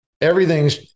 Everything's